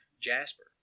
Jasper